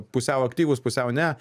pusiau aktyvūs pusiau ne